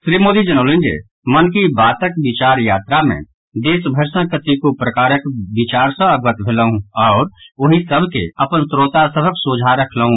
श्री मोदी जनौलनि जे मन की बातक विचार यात्रा मे देशभरि सॅ कतेको प्रकारक विचार सॅ अवगत भेलहू आओर ओहि सभ के अपन श्रोता सभक सोझा रखलहूँ